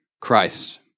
Christ